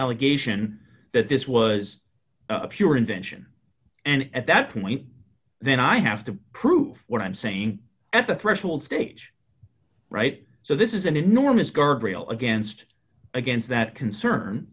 allegation that this was a pure invention and at that point then i have to prove what i'm saying at the threshold stage right so this is an enormous guardrail against against that concern